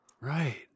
right